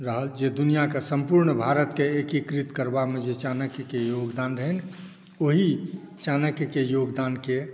रहल जे दूनिआकेँ सम्पुर्ण भारतकेँ एकीकृत करबामे जे चाणक्यके योगदान रहय ओहि चाणक्यके योगदानके